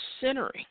centering